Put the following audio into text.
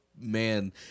man